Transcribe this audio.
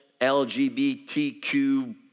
lgbtq